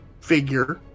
figure